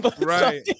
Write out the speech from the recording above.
right